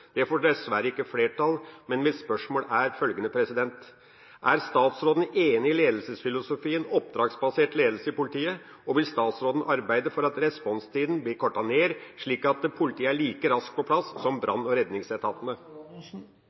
Det får dessverre ikke flertall, men mitt spørsmål er følgende: Er statsråden enig i ledelsesfilosofien operasjonsbasert ledelse i politiet, og vil statsråden arbeide for at responstida blir kortet ned, slik at politiet er like raskt på plass som brann- og redningsetatene?